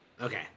okay